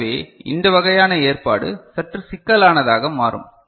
எனவே இந்த வகையான ஏற்பாடு சற்று சிக்கலானதாக மாறும்